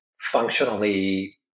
functionally